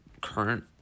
current